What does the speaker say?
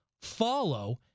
follow